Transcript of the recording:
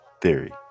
Theory